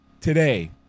today